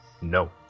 No